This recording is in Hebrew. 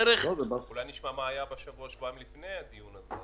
אולי נשמע מה היה שבוע, שבועיים לפני הדיון הזה?